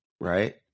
right